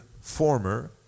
former